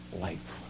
life